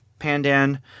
Pandan